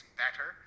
better